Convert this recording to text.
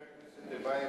טיבייב,